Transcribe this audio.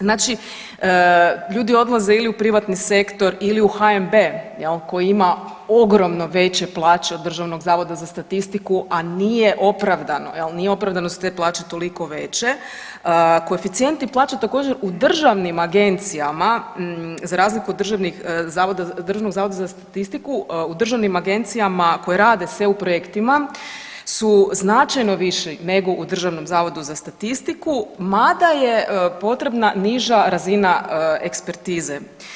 Znači, ljudi odlaze ili u privatni sektor ili u HNB jel koji ima ogromno veće plaće od Državnog zavoda za statistiku, a nije opravdano jel, nije opravdano da su te plaće toliko veće, koeficijenti plaća također u državnim agencijama za razliku od Državnog zavoda za statistiku u državnim agencijama koje rade s EU projektima su značajno viši nego u Državnom zavodu za statistiku mada je potrebna niža razina ekspertize.